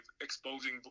exposing